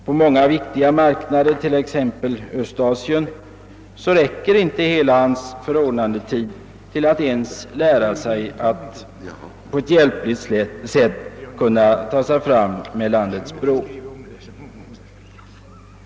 På många viktiga marknader, t.ex. Östasien, räcker handelssekreterarens förordnandetid inte ens till för att han skall kunna lära sig att hjälpligt tala landets språk.